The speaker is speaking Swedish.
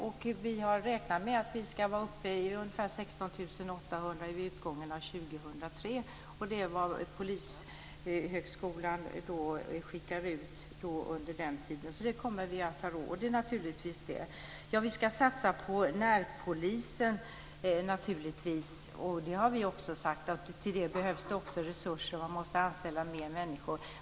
Och vi har räknat med att vi ska vara uppe i ungefär 16 800 poliser vid utgången av 2003. Det är vad polishögskolan skickar ut under den tiden. Det kommer vi naturligtvis att ha råd med. Vi ska satsa på närpolisen. Det har vi också sagt. Till det behövs det också resurser, man måste anställa fler människor.